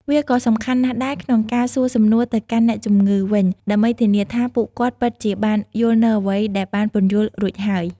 វាក៏សំខាន់ណាស់ដែរក្នុងការសួរសំណួរទៅកាន់អ្នកជំងឺវិញ ដើម្បីធានាថាពួកគាត់ពិតជាបានយល់នូវអ្វីដែលបានពន្យល់រួចហើយ។